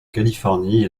californie